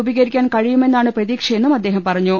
രൂപീകരിക്കാൻ കഴിയുമെന്നാണ് പ്രതീക്ഷയെന്നും അദ്ദേഹം പറഞ്ഞു